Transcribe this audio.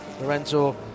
Lorenzo